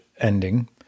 ending